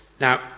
Now